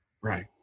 Right